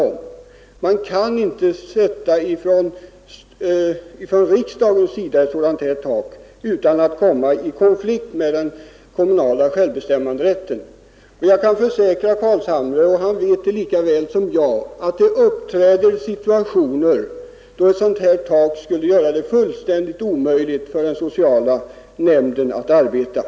Riksdagen kan inte fastställa ett sådant tak utan att komma i konflikt med den kommunala självbestämmanderätten. Jag kan försäkra herr Carlshamre, och det vet han lika väl som jag, att det uppstår situationer, då ett tak skulle göra det fullständigt omöjligt för den sociala nämnden att arbeta.